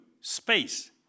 space